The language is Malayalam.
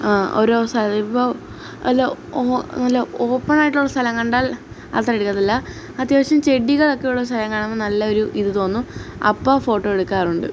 ആ ഓരോ സ്ഥലത്ത് ഇപ്പോൾ അല്ല ഓഹ് അല്ല ഓപ്പണായിട്ടുള്ള സ്ഥലം കണ്ടാൽ അത്ര എടുക്കത്തില്ല അത്യാവശ്യം ചെടികളൊക്കെ ഉള്ളൊരു സ്ഥലം കാണുമ്പോൾ നല്ല ഒരു ഇത് തോന്നും അപ്പോൾ ഫോട്ടോ എടുക്കാറുണ്ട്